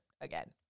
again